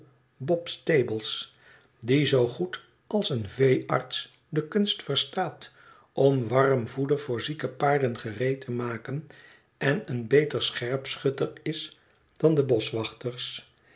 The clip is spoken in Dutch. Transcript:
bob stables die zoo goed als een veearts de kunst verstaat om warm voeder voor zieke paarden gereed te maken en een beter scherpschutter is dan de boschwachters